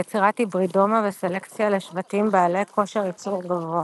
יצירת היברידומה וסלקציה לשבטים בעלי כושר יצור גבוה